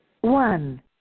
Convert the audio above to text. one